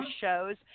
shows